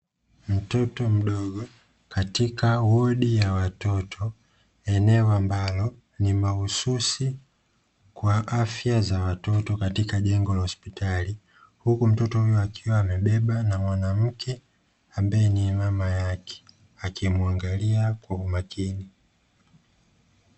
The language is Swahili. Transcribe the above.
Mtoto mdogo katika wodi ya watoto, eneo ambalo ni mahususi kwa afya ya watoto katika jengo la hospitali, huku mtoto huyo akiwa amebebwa na mwanamke ambae ni mama yake akimuangalia kwa umakini .